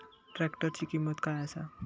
ट्रॅक्टराची किंमत काय आसा?